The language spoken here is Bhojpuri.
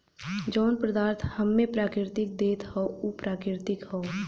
जौन पदार्थ हम्मे प्रकृति देत हौ उ प्राकृतिक हौ